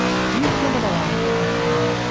decriminalize what you can.